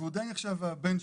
והוא די נחשב ה-Benchmark.